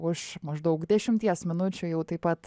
už maždaug dešimties minučių jau taip pat